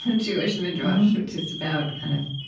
and jewish ah jewish which is about kind of